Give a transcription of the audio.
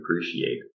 appreciate